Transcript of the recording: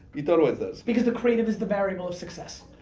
it always does. because the creative is the variable of success.